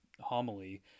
homily